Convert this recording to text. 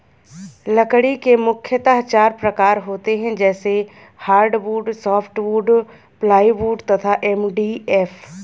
लकड़ी के मुख्यतः चार प्रकार होते हैं जैसे हार्डवुड, सॉफ्टवुड, प्लाईवुड तथा एम.डी.एफ